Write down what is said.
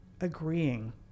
agreeing